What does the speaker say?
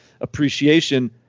appreciation